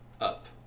up